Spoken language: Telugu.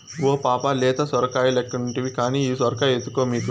ఓ పాపా లేత సొరకాయలెక్కుంటివి కానీ ఈ సొరకాయ ఎత్తుకో మీకు